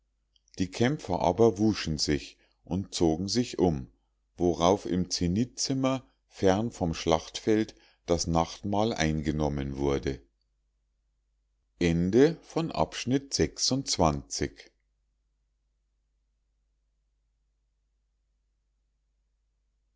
die kämpfer aber wuschen sich und zogen sich um worauf im zenithzimmer fern vom schlachtfeld das nachtmahl eingenommen wurde